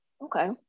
Okay